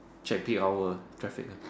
check peak hour uh traffic ah